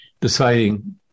deciding